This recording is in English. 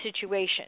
situation